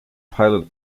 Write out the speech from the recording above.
pilot